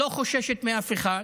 לא חוששת מאף אחד,